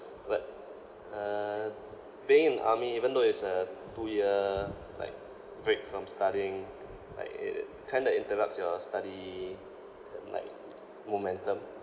but uh being in army even though it's a two year like break from studying like it kinda interrupts your study in like momentum